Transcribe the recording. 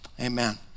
Amen